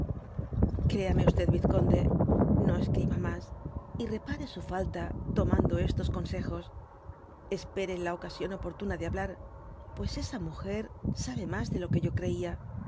créame vizconde no escriba mas y repare su falta tomando estos consejos espere la ocasión oportuna de hablar pues esa miiger sabe mas de lo que yo creia